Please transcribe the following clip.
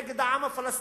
נגד העם הפלסטיני,